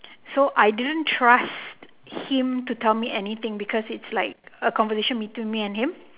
so I didn't trust him to tell me anything because it's like a conversation between me and him